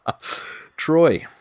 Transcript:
Troy